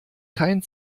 kein